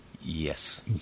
Yes